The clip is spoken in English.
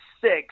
six